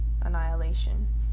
annihilation